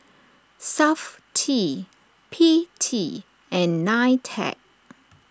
Safti P T and Nitec